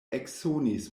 eksonis